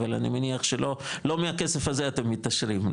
אבל אני מניח שלא מהכסף הזה אתם מתעשרים,